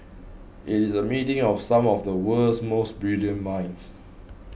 it is a meeting of some of the world's most brilliant minds